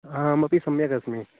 अहमपि सम्यगस्मि